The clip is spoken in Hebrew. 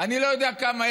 אני לא יודע כמה,